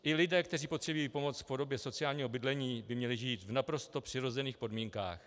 I lidé, kteří potřebují pomoc v podobě sociálního bydlení, by měli žít v naprosto přirozených podmínkách.